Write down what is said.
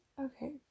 Okay